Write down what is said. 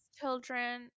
children